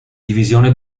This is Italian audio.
divisione